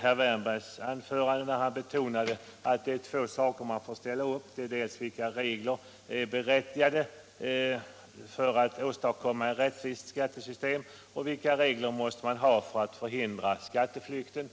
herr Wärnbergs anförande, där han betonade att det är två olika slag av regler man måste ställa upp; man måste ta ställning dels till vilka regler som är berättigade för att åstadkomma ett rättvist skattesystem, dels till vilka regler man måste ha för att komma till rätta med skatteflykten.